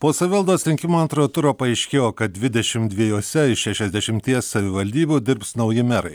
po savivaldos rinkimų antrojo turo paaiškėjo kad dvidešim dviejose iš šešiasdešimties savivaldybių dirbs nauji merai